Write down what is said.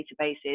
databases